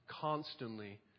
constantly